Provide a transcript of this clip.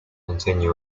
continue